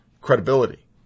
credibility